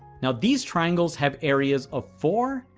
now these triangles have areas of four,